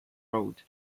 road